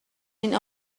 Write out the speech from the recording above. این